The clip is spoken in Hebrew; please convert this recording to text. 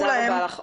תודה רבה לך.